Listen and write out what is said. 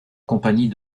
compagnie